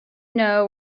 know